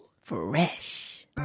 Fresh